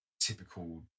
typical